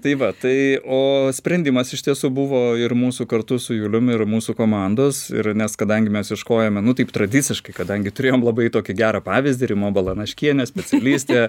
tai va tai o sprendimas iš tiesų buvo ir mūsų kartu su juliumi ir mūsų komandos ir nes kadangi mes ieškojome nu taip tradiciškai kadangi turėjom labai tokį gerą pavyzdį rima balanaškienė specialistė